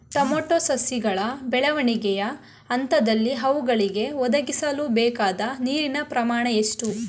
Tomato ಸಸಿಗಳ ಬೆಳವಣಿಗೆಯ ಹಂತದಲ್ಲಿ ಅವುಗಳಿಗೆ ಒದಗಿಸಲುಬೇಕಾದ ನೀರಿನ ಪ್ರಮಾಣ ಎಷ್ಟು?